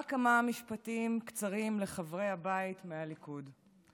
רק כמה משפטים קצרים לחברי הבית מהליכוד,